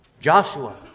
Joshua